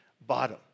bottom